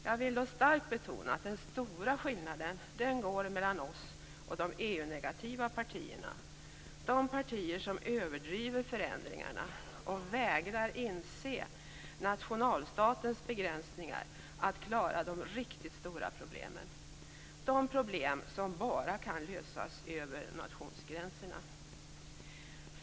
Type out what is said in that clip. Jag vill då starkt betona att den stora skillnaden går mellan oss och de EU-negativa partierna, de partier som överdriver förändringarna och vägrar inse nationalstatens begränsningar när det gäller att klara de riktigt stora problemen, de problem som bara kan lösas över nationsgränserna.